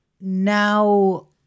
now